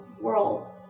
world